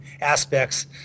aspects